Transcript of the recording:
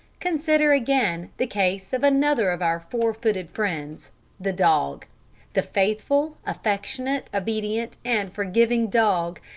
consider again, the case of another of our four-footed friends the dog the faithful, affectionate, obedient and forgiving dog,